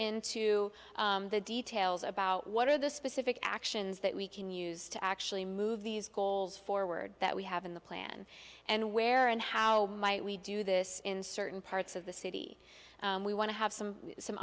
into the details about what are the specific actions that we can use to actually move these goals forward that we have in the plan and where and how might we do this in certain parts of the city we want to have some some